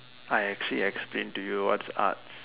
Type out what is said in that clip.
I actually explained to you what's arts